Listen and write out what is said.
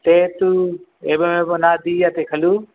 ते तु एवमेव न दीयते खलु